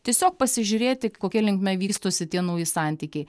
tiesiog pasižiūrėti kokia linkme vystosi tie nauji santykiai